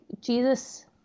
Jesus